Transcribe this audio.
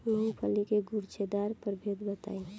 मूँगफली के गूछेदार प्रभेद बताई?